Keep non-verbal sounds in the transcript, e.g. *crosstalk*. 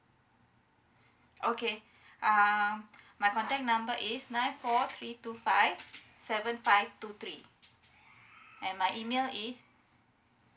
okay *breath* uh my contact number is nine four three two five seven five two three and my email is